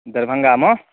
दरभंगामे